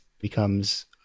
becomes